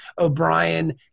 O'Brien